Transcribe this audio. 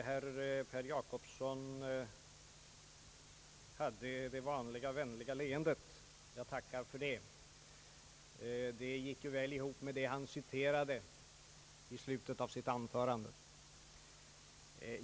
Herr talman! Herr Per Jacobsson log sitt vanliga vänliga leende. Jag tackar för det. Det gick ju väl ihop med det han citerade i slutet av sitt anförande.